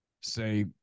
say